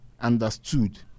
understood